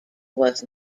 was